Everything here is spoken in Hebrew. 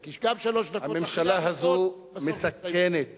הממשלה הזאת מסכנת